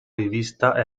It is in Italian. rivista